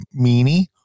meanie